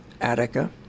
Attica